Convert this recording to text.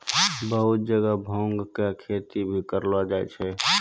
बहुत जगह भांग के खेती भी करलो जाय छै